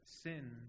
Sin